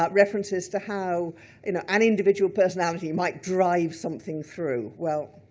but references to how an ah an individual personality might drive something through. well,